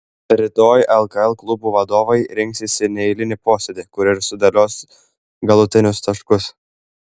rytoj lkl klubų vadovai rinksis į neeilinį posėdį kur ir sudėlios galutinius taškus